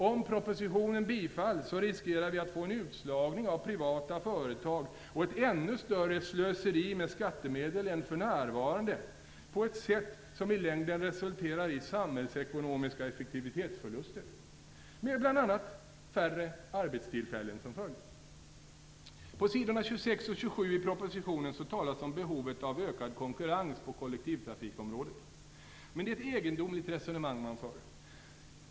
Om propositionen bifalls riskerar vi att få en utslagning av privata företag och ett ännu större slöseri med skattemedel än för närvarande på ett sätt som i längden resulterar i samhällsekonomiska effektivitetsförluster med bl.a. färre arbetstillfällen som följd. På s. 26 och 27 i propositionen talas om behovet av ökad konkurrens på kollektivtrafikområdet. Men det är ett egendomligt resonemang man för.